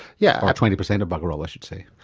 yeah or twenty percent of bugger-all i should say.